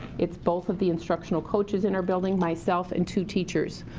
it's both of the instructional coaches in our building. myself and two teachers,